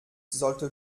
sollte